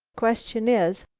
question is,